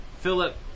Philip